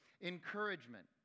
encouragement